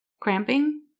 Cramping